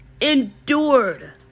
endured